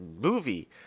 movie